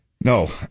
No